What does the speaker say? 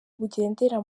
bugendera